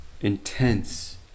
intense